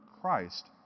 Christ